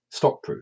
stockproof